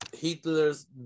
Hitler's